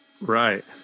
right